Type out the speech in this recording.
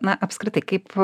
na apskritai kaip